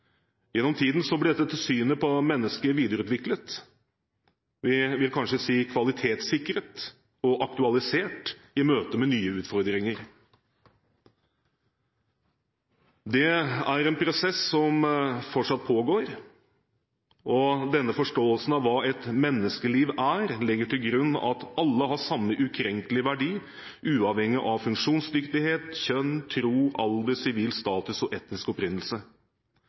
Gjennom tiden ble dette synet på mennesket videreutviklet – vi vil kanskje si kvalitetssikret og aktualisert – i møte med nye utfordringer. Det er en prosess som fortsatt pågår. Denne forståelsen av hva et menneskeliv er, legger til grunn at alle har samme ukrenkelige verdi, uavhengig av funksjonsdyktighet, kjønn, tro, alder, sivil status og etnisk opprinnelse.